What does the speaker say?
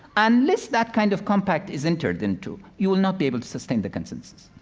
unless that kind of compact is entered into, you will not be able to sustain the consensus.